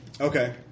Okay